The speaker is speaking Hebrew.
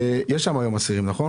יש שם היום אסירים, נכון?